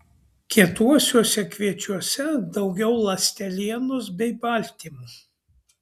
kietuosiuose kviečiuose daugiau ląstelienos bei baltymų